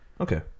Okay